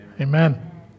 Amen